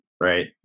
right